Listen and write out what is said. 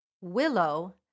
Willow